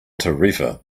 tarifa